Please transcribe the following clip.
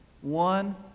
One